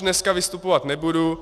Dneska už vystupovat nebudu.